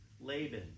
Laban